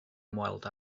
ymweld